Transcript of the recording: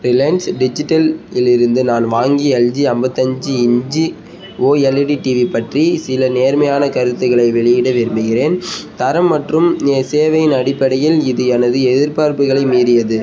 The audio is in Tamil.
ரிலைன்ஸ் டிஜிட்டல்லிருந்து நான் வாங்கிய எல்ஜி ஐம்பத்தஞ்சி இன்ச்சி ஓஎல்இடி டிவி பற்றி சில நேர்மையான கருத்துகளை வெளியிட விரும்புகிறேன் தரம் மற்றும் நே சேவையின் அடிப்படையில் இது எனது எதிர்பார்ப்புகளை மீறியது